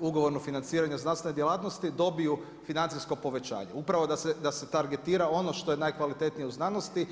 ugovornog financiranja znanstvene djelatnosti dobiju financijsko povećanje upravo da se targetira ono što je najkvalitetnije u znanosti.